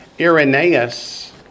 Irenaeus